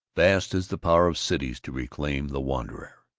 vast is the power of cities to reclaim the wanderer.